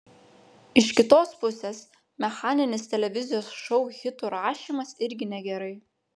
iš kitos pusės mechaninis televizijos šou hitų rašymas irgi negerai